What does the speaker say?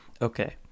okay